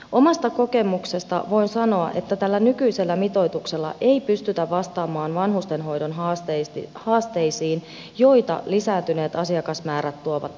omasta kokemuksestani voin sanoa että tällä nykyisellä mitoituksella ei pystytä vastaamaan vanhustenhoidon haasteisiin joita lisääntyneet asiakasmäärät tuovat tullessaan